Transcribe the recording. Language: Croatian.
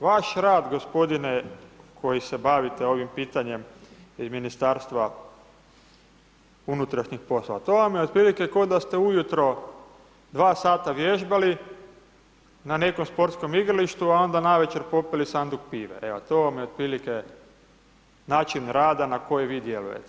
Vaš rad gospodine koji se bavite ovim pitanjem, iz ministarstva unutrašnjih poslova, to vam je otprilike k'o da ste ujutro dva sata vježbali na nekom sportskom igralištu, a onda navečer popili sanduk pive, evo to vam je otprilike način rada na koji vi djelujete.